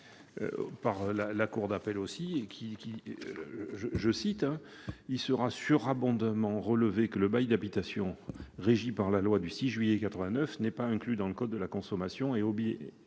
cite la cour d'appel de Paris :« Il sera surabondamment relevé que le bail d'habitation régi par la loi du 6 juillet 1989 n'est pas inclus dans le code de la consommation et obéit